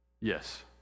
Yes